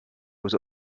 was